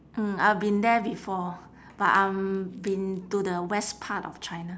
mm I've been there before but I'm been to the west part of china